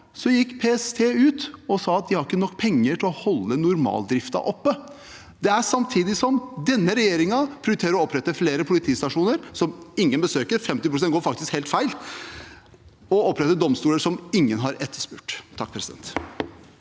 går gikk PST ut og sa at de ikke har nok penger til å holde normaldriften oppe. Det er samtidig som denne regjeringen prioriterer å opprette flere politistasjoner som ingen besøker – 50 pst. går faktisk helt feil – og domstoler som ingen har etterspurt. Per